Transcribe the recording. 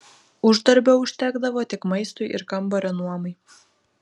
uždarbio užtekdavo tik maistui ir kambario nuomai